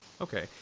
Okay